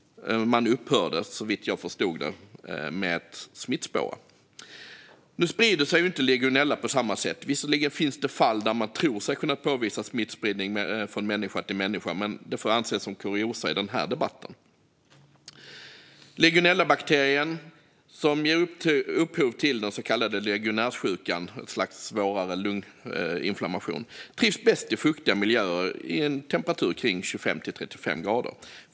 Man upphörde då, såvitt jag har förstått det, med att smittspåra. Legionella sprider sig inte på samma sätt. Visserligen finns det fall där man tror sig ha kunnat påvisa smittspridning från människa till människa, men det får anses som kuriosa i den här debatten. Legionellabakterien, som ger upphov till den så kallade legionärssjukan - ett slags svårare lunginflammation - trivs bäst i fuktiga miljöer i en temperatur kring 25-35 grader.